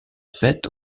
fait